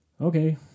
Okay